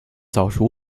早熟